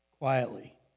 quietly